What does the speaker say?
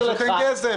פשוט אין כסף.